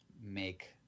make